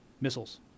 missiles